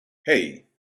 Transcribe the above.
hey